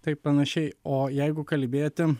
taip panašiai o jeigu kalbėti